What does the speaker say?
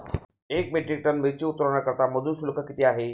एक metric ton मिरची उतरवण्याकरता मजूर शुल्क किती आहे?